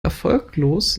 erfolglos